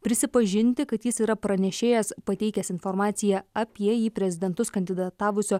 prisipažinti kad jis yra pranešėjas pateikęs informaciją apie jį į prezidentus kandidatavusio